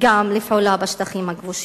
גם לפעולה בשטחים הכבושים.